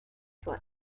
foot